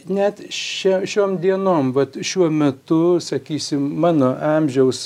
net šia šiom dienom vat šiuo metu sakysim mano amžiaus